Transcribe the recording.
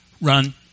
run